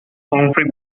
humphrey